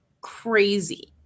crazy